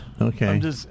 Okay